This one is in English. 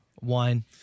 wine